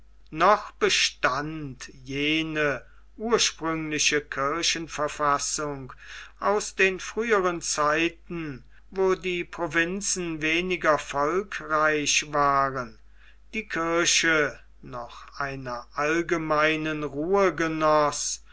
noch bestand jene ursprüngliche kirchenverfassung aus den früheren zeiten wo die provinzen weniger volkreich waren die kirche noch einer allgemeinen ruhe